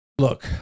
Look